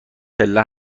پله